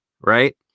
right